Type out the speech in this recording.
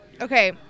Okay